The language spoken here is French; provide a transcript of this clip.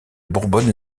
bourbonne